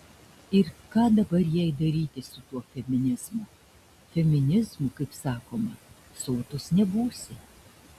ir ką dabar jai daryti su tuo feminizmu feminizmu kaip sakoma sotus nebūsi